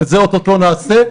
את זה אוטוטו נעשה,